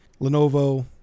Lenovo